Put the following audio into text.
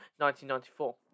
1994